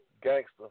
Gangster